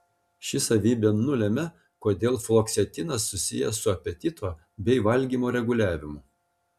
ši savybė nulemia kodėl fluoksetinas susijęs su apetito bei valgymo reguliavimu